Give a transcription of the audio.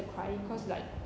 crying cause like